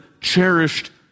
cherished